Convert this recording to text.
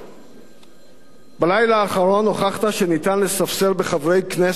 בלילה האחרון הוכחת שניתן לספסר בחברי כנסת בעבור כיסאות,